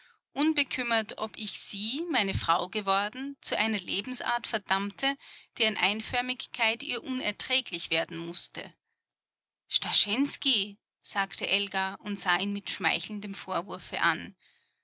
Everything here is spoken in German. unbekümmert ob ich sie meine frau geworden zu einer lebensart verdammte deren einförmigkeit ihr unerträglich werden mußte starschensky sagte elga und sah ihn mit schmeichelndem vorwurfe an